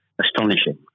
astonishing